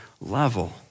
level